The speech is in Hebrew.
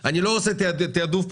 ברשימה, ואיני עושה תיעדוף.